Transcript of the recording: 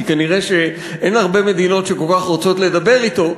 כי כנראה אין הרבה מדינות שכל כך רוצות לדבר אתו,